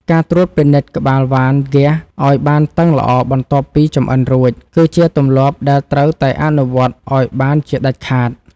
ការត្រួតពិនិត្យក្បាលវ៉ានហ្គាសឱ្យបានតឹងល្អបន្ទាប់ពីចម្អិនរួច គឺជាទម្លាប់ដែលត្រូវតែអនុវត្តឱ្យបានជាដាច់ខាត។